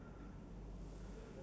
um exam